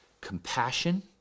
compassion